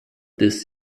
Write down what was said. this